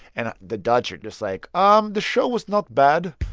and the dutch are just, like, um the show was not bad.